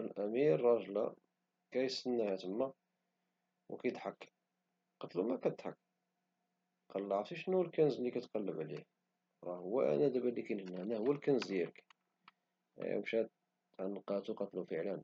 الأمير راجلها كيستناها تما وكيضحك، قاتلو مالك كتضحك؟ عرفتي الكنز لي كتقلب عليه راه هو أنا ، أنا هو الكنز ديالك. مشات وعنقاتو وقاتلو فعلا.